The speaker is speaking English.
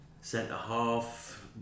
centre-half